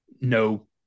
no